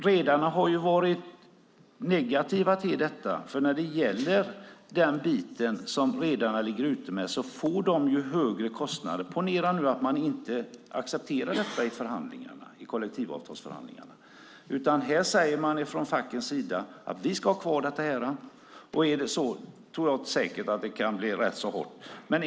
Redarna har varit negativa till detta, för de får högre kostnader för den bit som de ligger ute med. Ponera att detta inte accepteras i kollektivavtalsförhandlingarna, utan facken säger: Vi ska kvar detta. Då kan det bli hårt.